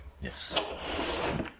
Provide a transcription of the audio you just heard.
Yes